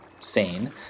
sane